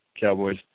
cowboys